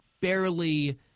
barely